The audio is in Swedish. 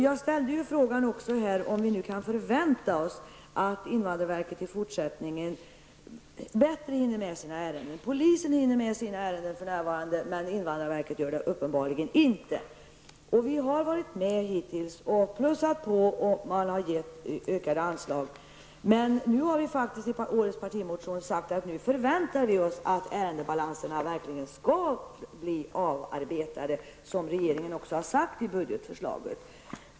Jag frågade om vi kan förvänta oss att invandrarverket i fortsättningen kommer att hinna med sina ärenden bättre. Polisen hinner för närvarande med sina ärenden, men invandrarverket gör det uppenbarligen inte. Vi moderater har gått med på ökade anslag, men i årets partimotion har vi sagt att vi förväntar oss att ärendena arbetas av, vilket regeringen också har sagt i budgetpropositionen.